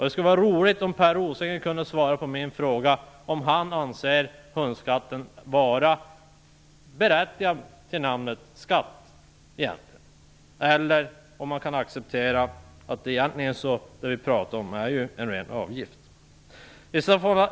Det vore roligt om Per Rosengren kunde svara på min fråga om han anser hundskatten egentligen vara berättigad till benämningen skatt. Eller kan han acceptera att det vi pratar om är en ren avgift?